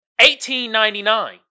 1899